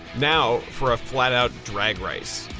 now, for a flat out drag race.